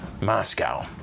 Moscow